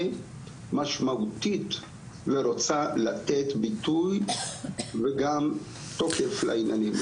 משמעותית ורוצה לתת ביטוי וגם תוקף לעניינים,